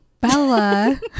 Bella